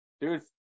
dude